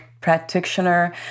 Practitioner